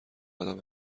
آدم